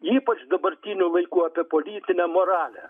ypač dabartinių laikų apie politinę moralę